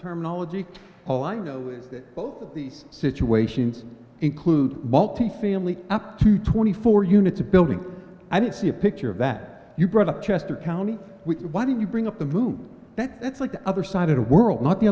terminology all i know that these situations include multifamily up to twenty four units a building i didn't see a picture of that you brought up chester county why do you bring up the view that that's like the other side of the world not the